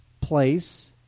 place